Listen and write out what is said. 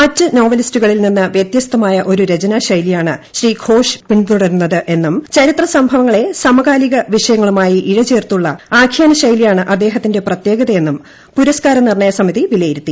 മറ്റ് നോവലിസ്റ്റുകളിൽ നിന്ന് വ്യത്യസ്തമായ ഒരു രചനാ ശൈലിയാണ് ശ്രീ ഘോഷ് പിന്തുടരുന്നത് എന്നും ചരിത്ര സംഭവങ്ങളെ സമകാലിക വിഷയങ്ങളുമായി ഇഴചേർത്തുള്ള അഖ്യാന പ്രത്യേകതയെന്നും പുരസ്ക്കാര നിർണ്ണയ സമിതി വിലയിരുത്തി